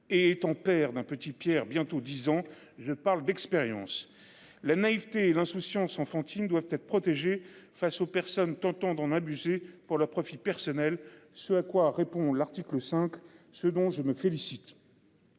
et ton père d'un petit Pierre bientôt 10 ans. Je parle d'expérience la naïveté l'insouciance enfantine doivent être protégés face aux personnes tentant d'en abuser pour leur profit personnel. Ce à quoi répond l'article 5 ce dont je me félicite.